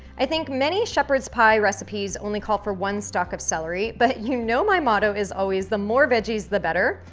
i think many shepherd's pie recipes only call for one stalk of celery, but you know my motto is always the more veggies the better.